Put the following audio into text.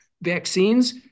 vaccines